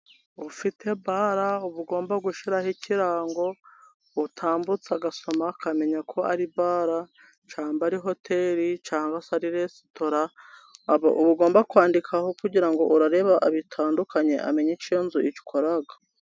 Ufite bara uba ugomba gushiraho ikirango , utambutse agasoma akamenya ko ari bara, cyangwa ari hoteli cyangwa se resitora ,uba ugomba kwandikaho kugira ngo urareba abitandukanye amenye icyo iyo nzu ikora.